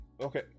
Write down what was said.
okay